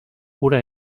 cura